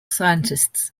scientists